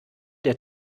der